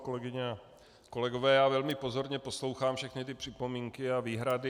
Kolegyně a kolegové, velmi pozorně poslouchám všechny ty připomínky a výhrady.